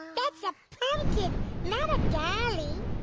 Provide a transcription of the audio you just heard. that's a pumpkin not a dolly.